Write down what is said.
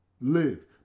live